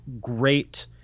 great